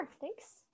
thanks